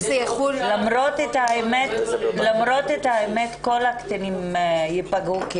--- למרות שהאמת היא שכל הקטינים ייפגעו כי